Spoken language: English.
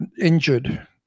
injured